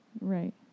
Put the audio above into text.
Right